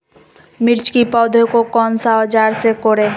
मिर्च की पौधे को कौन सा औजार से कोरे?